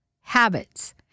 habits